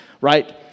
right